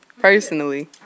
personally